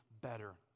better